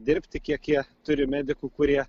dirbti kiek jie turi medikų kurie